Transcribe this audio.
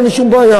אין לי שום בעיה.